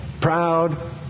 proud